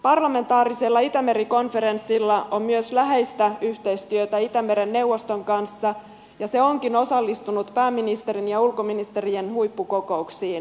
parlamentaarisella itämeri konferenssilla on myös läheistä yhteistyötä itämeren neuvoston kanssa ja se onkin osallistunut pääministerien ja ulkoministerien huippukokouksiin